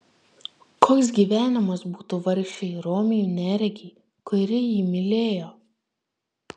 koks gyvenimas būtų vargšei romiai neregei kuri jį mylėjo